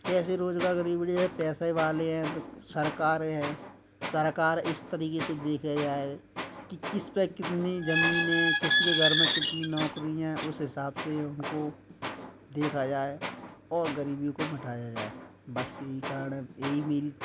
कैसे रोजगार गरीबी पैसे वाले हैं तो सरकार है सरकार इस तरीके से देखे जाए कि किस पे कितनी जमीनें किसके घर में कितनी नौकरी हैं उस हिसाब से उनको देखा जाए और गरीबी को हटाया जाए बस यही कारण है यही मेरी